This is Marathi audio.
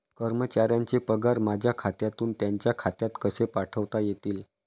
कर्मचाऱ्यांचे पगार माझ्या खात्यातून त्यांच्या खात्यात कसे पाठवता येतील?